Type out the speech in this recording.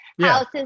houses